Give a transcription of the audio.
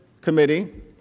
Committee